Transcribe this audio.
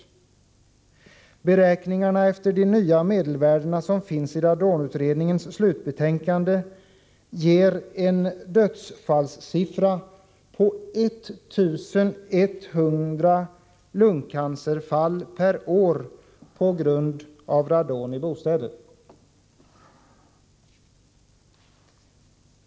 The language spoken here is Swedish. En beräkning enligt de nya medelvärdena i radonutredningens slutbetänkande ger en dödsfallssiffra på 1 100 lungcancerfall per år på grund av radon i bostäder.